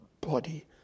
body